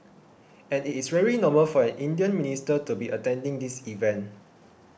and it's very normal for an Indian minister to be attending this event